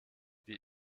wie